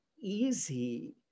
easy